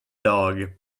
dog